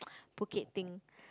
Phuket thing